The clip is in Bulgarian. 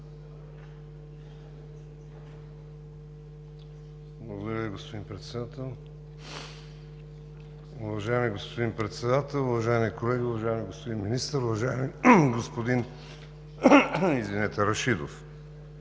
Благодаря Ви, господин Председател. Уважаеми господин Председател, уважаеми колеги, уважаеми господин Министър! Уважаеми господин Рашидов,